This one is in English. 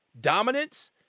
dominance